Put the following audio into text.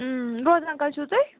روزان کَتہِ چھُو تۄہہِ